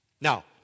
Now